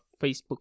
Facebook